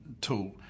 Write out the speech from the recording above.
tool